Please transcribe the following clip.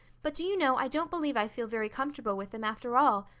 but do you know i don't believe i feel very comfortable with them after all.